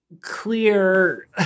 Clear